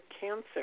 cancer